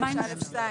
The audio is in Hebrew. בסדר.